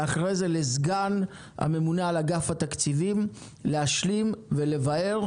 ואחרי זה לסגן הממונה על אגף התקציבים להשלים ולבאר,